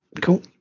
Cool